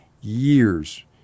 years